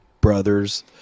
brothers